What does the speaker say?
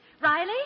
Riley